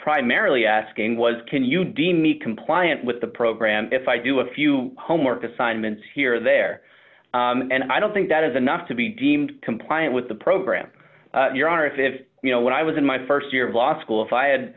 was can you deem me compliant with the program if i do a few homework assignments here there and i don't think that is enough to be deemed compliant with the program your honor if if you know when i was in my st year of law school if i had